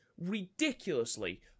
ridiculously